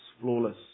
flawless